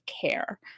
care